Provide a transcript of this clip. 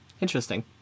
Interesting